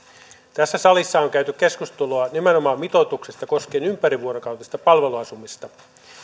tässä salissa on käyty keskustelua nimenomaan mitoituksesta koskien ympärivuorokautista palveluasumista